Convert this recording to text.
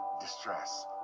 distress